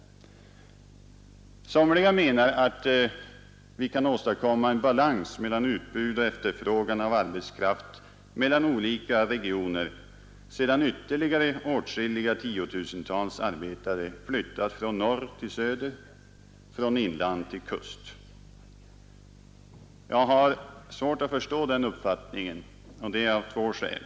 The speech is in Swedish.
Somliga menar att vi kan åstadkomma en balans mellan utbud och efterfrågan på arbetskraft i olika regioner sedan ytterligare åtskilliga tiotusental arbetare flyttat från norr till söder, från inland till kust. Jag har svårt att förstå den uppfattningen och det av två skäl.